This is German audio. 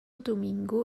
domingo